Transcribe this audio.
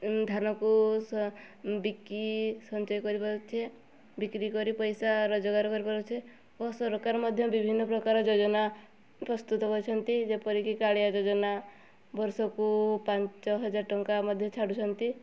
ଧାନକୁ ବିକି ସଞ୍ଚୟ କରିବା ଉଚିତ ବିକ୍ରି କରି ପଇସା ରୋଜଗାର କରିପାରୁଛେ ଓ ସରକାର ମଧ୍ୟ ବିଭିନ୍ନ ପ୍ରକାର ଯୋଜନା ପ୍ରସ୍ତୁତ କରିଛନ୍ତି ଯେପରିକି କାଳିଆ ଯୋଜନା ବର୍ଷକୁ ପାଞ୍ଚ ହଜାର ଟଙ୍କା ମଧ୍ୟ ଛାଡ଼ୁଛନ୍ତି